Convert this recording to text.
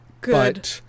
Good